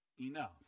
enough